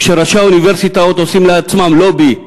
וכשראשי האוניברסיטאות עושים לעצמם לובי,